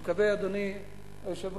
אני מקווה, אדוני היושב-ראש,